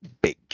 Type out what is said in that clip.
big